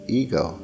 ego